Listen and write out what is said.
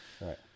Right